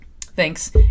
Thanks